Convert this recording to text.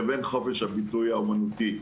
לבין חופש הביטוי האמנותי,